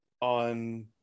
on